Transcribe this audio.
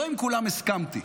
לא עם כולן הסכמתי,